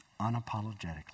unapologetically